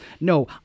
No